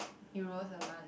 euro a month